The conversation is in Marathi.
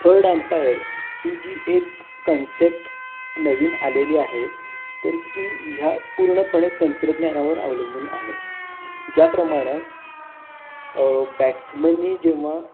थर्ड अंपायर ही जी एक कन्सेप्ट नवीन आलेली आहे तर ती ह्या पूर्णपणे तंत्रज्ञानावर अवलंबून आहे ज्याप्रमाणं बॅट्समननी जेव्हा